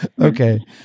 Okay